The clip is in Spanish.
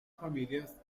familias